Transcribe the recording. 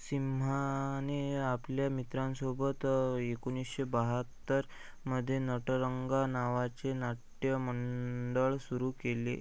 सिम्हाने आपल्या मित्रांसोबत एकोणीसशे बहात्तर मध्ये नटरंगा नावाचे नाट्यमंडळ सुरू केले